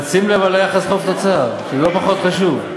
אבל שים לב ליחס חוב תוצר, שהוא לא פחות חשוב.